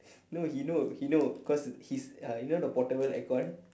no he know he know cause he's uh you know the portable aircon